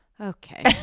Okay